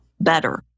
better